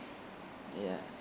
ya